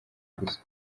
gusa